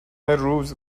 روز